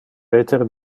peter